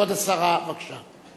כבוד השרה, בבקשה.